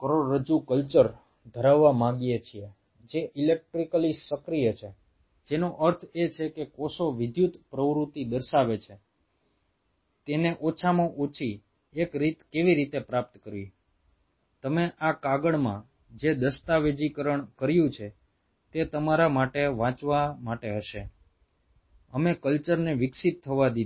કરોડરજ્જુ કલ્ચર ધરાવવા માગીએ છીએ જે ઇલેક્ટ્રિકલી સક્રિય છે તેનો અર્થ એ છે કે કોષો વિદ્યુત પ્રવૃત્તિ દર્શાવે છે તેને ઓછામાં ઓછી એક રીત કેવી રીતે પ્રાપ્ત કરવી તમે આ કાગળમાં જે દસ્તાવેજીકરણ કર્યું છે તે તમારા માટે વાંચવા માટે હશે અમે કલ્ચરને વિકસિત થવા દીધી